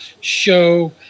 show